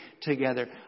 together